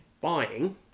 buying